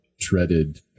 treaded